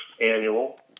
annual